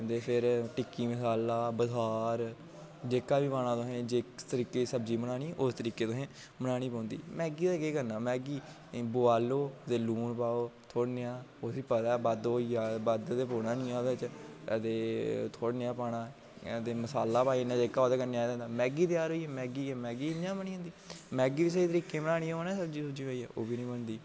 ते फिर टिक्की मसाला बसार जेह्का बी पाना तुसें जिस तरीके दी सब्जी बनानी तुसें उस तरीके दी बनानी पौंदी मैगी दा केह् करना मैगी बोआलो ते लून पाओ थोह्ड़ा नेहा तुसें गी पता ऐ बद्ध होई जा बद्ध ते पौना गै निं ऐ ओह्दे च थोह्ड़ा नेहा पाना ते मसाला पाई ना जेह्का ओह्दे कन्नै आए दा होंदा ते मैगी तेआर मैगी इ'यां बनी जंदी मैगी बी स्हेई तरीके दी बनानी होऐ ना सब्जी सुब्जी पाइयै ओह् बी निं बनदी